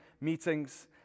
meetings